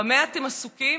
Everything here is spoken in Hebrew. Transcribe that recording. במה אתם עסוקים?